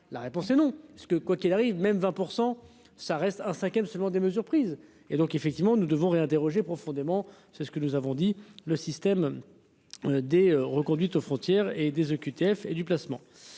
La réponse est non, ce que quoiqu'il arrive même 20% ça reste un 5ème seulement des mesures prises et donc effectivement nous devons réinterroger profondément. C'est ce que nous avons dit le système. Des reconduites aux frontières et des OQTF et du placement.